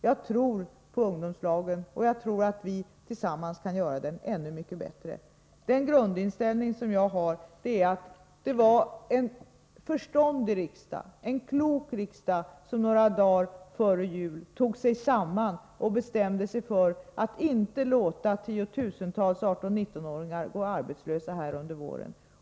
Jag tror på ungdomslagen, och jag tror att vi tillsammans kan göra den ännu mycket bättre. Den grundinställning som jag har är att det var en klok och förståndig riksdag som några dagar före jul tog sig samman och bestämde sig för att inte låta tiotusentals 18-19-åringar gå arbetslösa under våren.